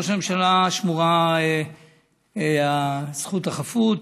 לראש הממשלה שמורה זכות החפות,